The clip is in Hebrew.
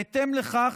בהתאם לכך,